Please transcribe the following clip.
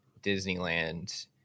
Disneyland